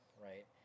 right